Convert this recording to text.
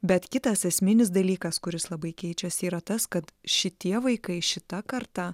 bet kitas esminis dalykas kuris labai keičiasi yra tas kad šitie vaikai šita karta